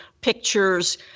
pictures